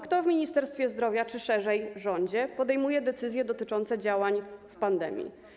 Kto w Ministerstwie Zdrowia, czy szerzej - rządzie, podejmuje decyzję dotyczące działań w pandemii?